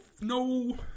no